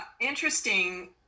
Interesting